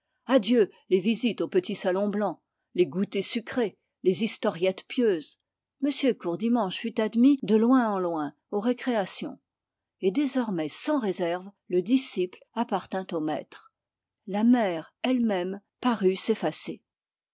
adieu les visites au petit salon de mlle cariste les goûters sucrés les historiettes pieuses m courdimanche fut admis de loin en loin aux récréations et désormais sans réserve le disciple appartint au maître la mère elle-même parut s'effacer